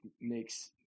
makes